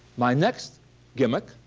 my next gimmick,